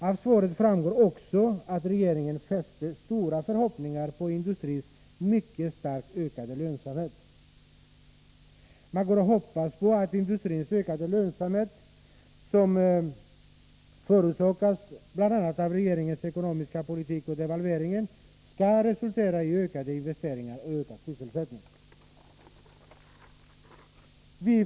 Av svaret framgår också att regeringen fäster stora förhoppningar vid industrins mycket starkt ökade lönsamhet. Man hoppas på att industrins ökade lönsamhet, som bl.a. är en följd av regeringens ekonomiska politik och devalveringen, skall resultera i ökade investeringar och ökad sysselsättning.